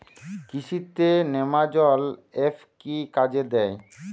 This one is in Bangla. কৃষি তে নেমাজল এফ কি কাজে দেয়?